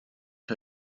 der